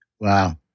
Wow